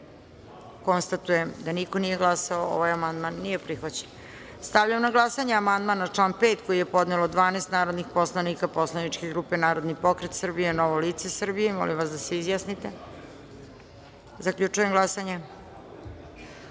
konstatujem da niko nije glasao. Amandman nije prihvaćen. Stavljam na glasanje amandman na član 3. koji je podnelo 12 narodnih poslanika poslaničke grupe Narodni pokret Srbije – Novo lice Srbije. Molim vas da se izjasnimo. Zaključujem glasanje